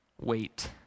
wait